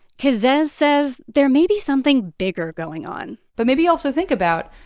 kazez says there may be something bigger going on but maybe also think about,